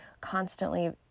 constantly